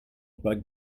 bug